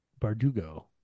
Bardugo